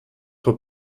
for